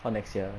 orh next year